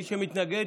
מי שמתנגד,